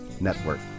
network